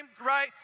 right